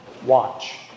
watch